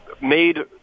made